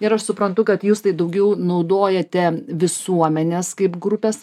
ir aš suprantu kad jūs tai daugiau naudojate visuomenės kaip grupės